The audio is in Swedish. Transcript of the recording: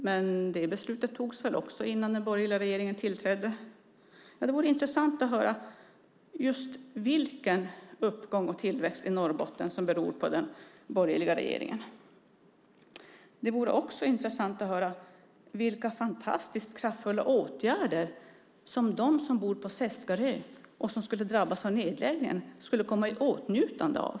Men det beslutet fattades också innan den borgerliga regeringen tillträdde. Det vore intressant att höra vilken uppgång och tillväxt i Norrbotten som beror på den borgerliga regeringen. Det vore också intressant att höra vilka fantastiskt kraftfulla åtgärder som de som bor på Seskarö och drabbas av nedläggningen skulle komma i åtnjutande av.